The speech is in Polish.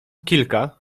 kilka